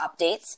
updates